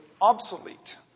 obsolete